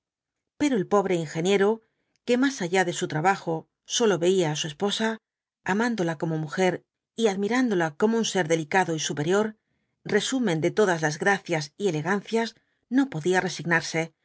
pero el pobre ingeniero que más allá de su trabajo sólo veía á su esposa amándola como mujer y admirándola como un ser delicado y superior resuman de todas las gracias y elegancias no podía resignarse